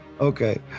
okay